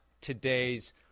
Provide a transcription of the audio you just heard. today's